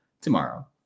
tomorrow